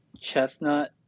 Chestnut